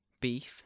Beef